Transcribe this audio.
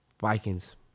Vikings